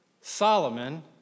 Solomon